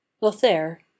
Lothair